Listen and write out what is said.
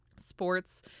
Sports